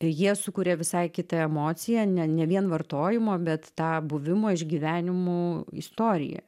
jie sukuria visai kitą emociją ne ne vien vartojimo bet tą buvimo išgyvenimų istoriją